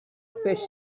fish